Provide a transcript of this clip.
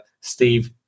Steve